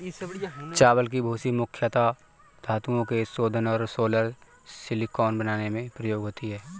चावल की भूसी मुख्यता धातुओं के शोधन और सोलर सिलिकॉन बनाने में प्रयोग होती है